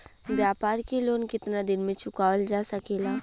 व्यापार के लोन कितना दिन मे चुकावल जा सकेला?